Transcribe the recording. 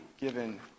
given